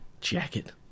jacket